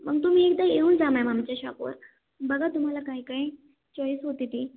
मग तुम्ही एकदा येऊन जा मॅम आमच्या शॉपवर बघा तुम्हाला काही काही चॉईस होत आहे ते